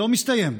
שלא מסתיים,